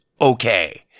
okay